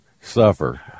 suffer